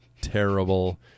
terrible